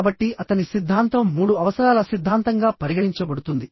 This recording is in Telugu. కాబట్టి అతని సిద్ధాంతం 3 అవసరాల సిద్ధాంతంగా పరిగణించబడుతుంది